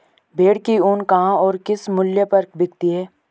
भेड़ की ऊन कहाँ और किस मूल्य पर बिकती है?